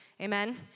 Amen